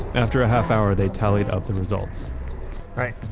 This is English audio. after a half hour, they tallied up the results right.